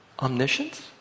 omniscience